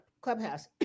Clubhouse